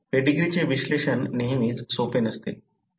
पेडीग्रीचे विश्लेषण नेहमीच सोपे नसते